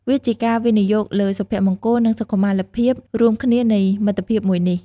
វាជាការវិនិយោគលើសុភមង្គល និងសុខុមាលភាពរួមគ្នានៃមិត្តភាពមួយនេះ។